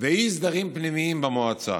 ואי-סדרים פנימיים במועצה.